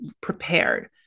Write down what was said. prepared